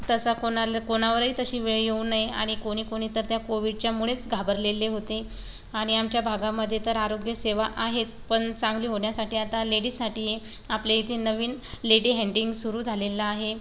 तसा कोणाला कोणावरही तशी वेळ येऊ नये आणि कोणी कोणी तर त्या कोविडच्यामुळेच घाबरलेले होते आणि आमच्या भागामध्ये तर आरोग्यसेवा आहेच पण चांगली होण्यासाठी आता लेडिजसाठी आपल्या इथे नवीन लेडी हँडींग सुरू झालेलं आहे